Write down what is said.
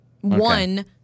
One